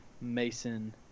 mason